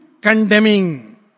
condemning